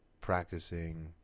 practicing